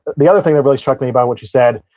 the other thing that really struck me about what you said,